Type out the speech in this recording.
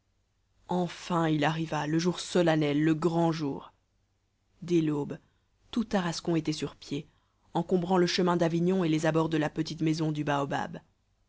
enfin il arriva le jour solennel le grand jour dès l'aube tout tarascon était sur pied encombrant le chemin d'avignon et les abords de la petite maison du baobab